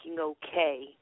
okay